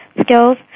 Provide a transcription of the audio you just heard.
skills